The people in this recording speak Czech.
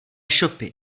shopy